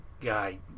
guy